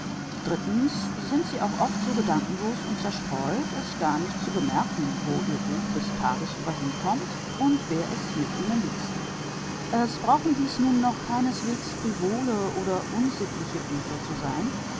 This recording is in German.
sind sie auch oft so gedankenlos und zerstreut es gar nicht zu bemerken wo ihr buch des tages über hinkommt und wer es mit ihnen liest es brauchen dies nun noch keineswegs frivole oder unsittliche bücher zu sein